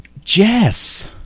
Jess